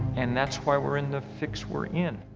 and that's why we're in the fix we're in.